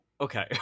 Okay